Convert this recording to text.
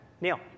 Neil